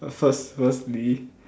first firstly